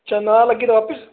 ਅੱਛਾ ਨਾ ਲੱਗੇ ਤਾਂ ਵਾਪਿਸ